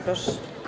Proszę.